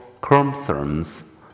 chromosomes